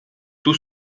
tout